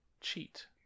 cheat